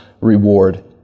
reward